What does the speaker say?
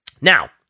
Now